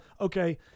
okay